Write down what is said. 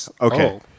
okay